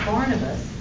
Barnabas